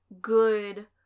good